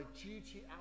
duty